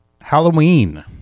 Halloween